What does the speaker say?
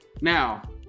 Now